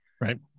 Right